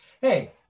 hey